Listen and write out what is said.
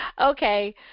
okay